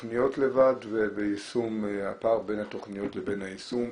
תכניות לבד ויישום, הפער בין התכניות לבין היישום.